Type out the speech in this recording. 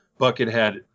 Buckethead